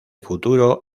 futuro